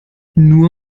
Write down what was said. nur